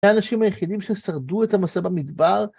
האנשים היחידים ששרדו את המסע במדבר